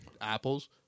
apples